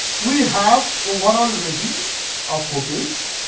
we have overall rating of hotels.